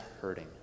hurting